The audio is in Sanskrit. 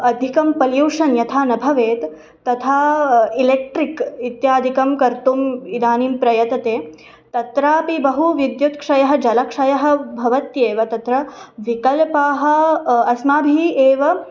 अधिकं पल्यूशन् यथा न भवेत् तथा एलेक्ट्रिक् इत्यादिकं कर्तुम् इदानीं प्रयतते तत्रापि बहु विद्युत् क्षयः जलक्षयः भवत्येव तत्र विकल्पाः अस्माभिः एव